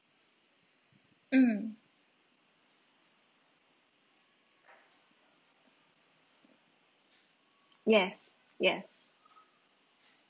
mm yes yes